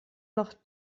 noch